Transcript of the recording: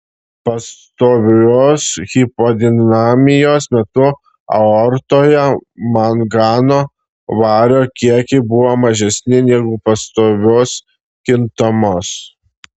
pastovios hipodinamijos metu aortoje mangano vario kiekiai buvo mažesni negu pastovios kintamos